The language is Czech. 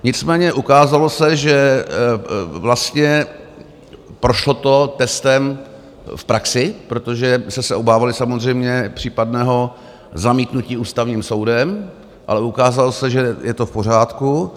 Nicméně ukázalo se, že to vlastně prošlo testem v praxi, protože jsme se obávali samozřejmě případného zamítnutí Ústavním soudem, ale ukázalo se, že je to v pořádku.